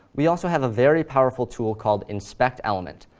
we also have a very powerful tool called inspect element.